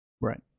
Right